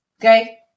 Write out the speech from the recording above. okay